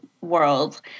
world